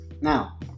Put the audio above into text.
Now